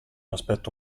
aspetto